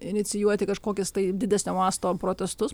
inicijuoti kažkokias tai didesnio masto protestus